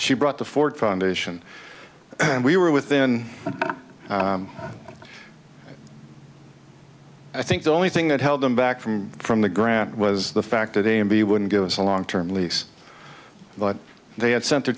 she brought the ford foundation and we were within i think the only thing that held them back from from the ground was the fact that a and b wouldn't give us a long term lease but they had sent